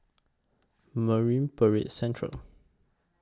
Marine Parade Central